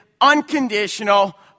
unconditional